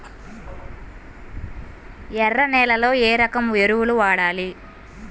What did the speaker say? ఎర్ర నేలలో ఏ రకం ఎరువులు వాడాలి?